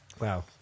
Wow